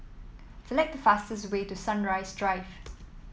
select the fastest way to Sunrise Drive